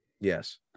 Yes